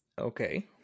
okay